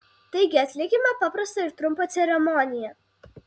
taigi atlikime paprastą ir trumpą ceremoniją